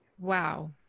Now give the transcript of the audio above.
wow